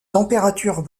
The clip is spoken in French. températures